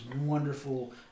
wonderful